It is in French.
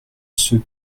ceux